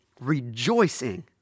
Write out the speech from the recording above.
Rejoicing